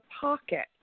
pocket